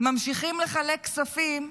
ממשיכים לחלק כספים,